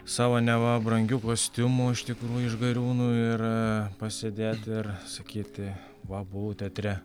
savo neva brangiu kostiumu iš tikrųjų iš gariūnų ir pasėdėti ir sakyti va buvau teatre